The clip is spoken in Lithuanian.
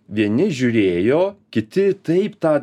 vieni žiūrėjo kiti taip tą